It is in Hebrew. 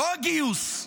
לא הגיוס,